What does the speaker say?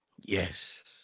yes